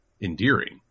endearing